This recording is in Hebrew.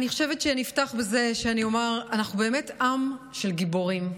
אני חושבת שנפתח בזה שאני אומר שאנחנו עם של גיבורים,